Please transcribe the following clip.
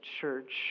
church